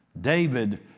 David